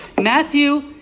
Matthew